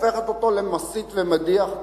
הופכת אותו למסית ומדיח,